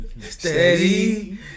Steady